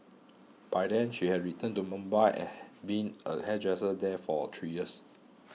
by then she had returned to Mumbai and been a hairdresser there for three years